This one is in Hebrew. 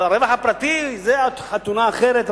אבל הרווח הפרטי זה חתונה אחרת,